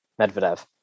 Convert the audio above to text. Medvedev